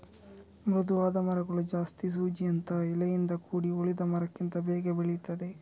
ಮೃದುವಾದ ಮರಗಳು ಜಾಸ್ತಿ ಸೂಜಿಯಂತಹ ಎಲೆಯಿಂದ ಕೂಡಿ ಉಳಿದ ಮರಕ್ಕಿಂತ ಬೇಗ ಬೆಳೀತದೆ